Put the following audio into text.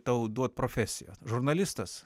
tau duot profesiją žurnalistas